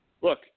look